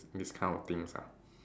this kind of things ah